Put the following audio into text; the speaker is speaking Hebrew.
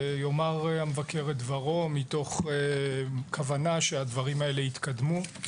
ויאמר המבקר את דברו מתוך כוונה שהדברים האלה יתקדמו.